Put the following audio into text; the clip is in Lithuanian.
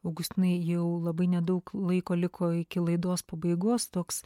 augustinai jau labai nedaug laiko liko iki laidos pabaigos toks